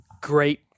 great